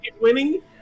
winning